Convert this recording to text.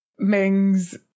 Mings